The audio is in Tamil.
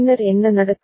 பின்னர் என்ன நடக்கும்